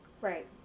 right